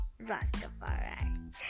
Rastafari